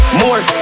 more